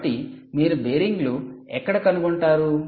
కాబట్టి మీరు బేరింగ్లు ఎక్కడ కనుగొంటారు